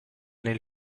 nel